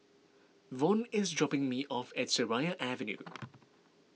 Von is dropping me off at Seraya Avenue